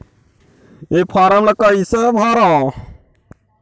ये फारम ला कइसे भरो?